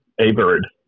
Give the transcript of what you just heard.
A-Bird